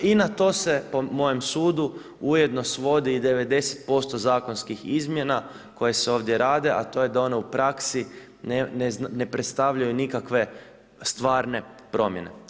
I na to se po mojem sudu ujedno svodi i 90% zakonskih izmjena koje se ovdje rade, a to je da one u praksi ne predstavljaju nikakve stvarne promjene.